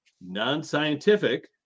non-scientific